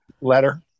letter